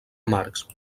amargs